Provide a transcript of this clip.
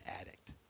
addict